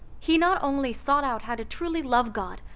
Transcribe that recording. he not only sought out how to truly love god,